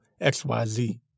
XYZ